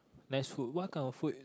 nice food what kind of food